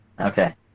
Okay